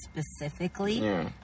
specifically